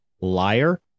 Liar